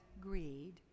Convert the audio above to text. greed